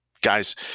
guys